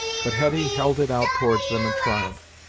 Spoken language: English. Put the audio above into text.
but hetty held it out towards them in triumph,